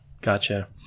Gotcha